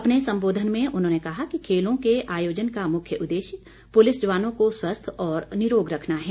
अपने संबोधन में उन्होंने कहा कि खेलों के आयोजन का मुख्य उद्देश्य पुलिस जवानों को स्वस्थ और निरोग रखना है